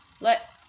let